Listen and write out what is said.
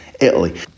Italy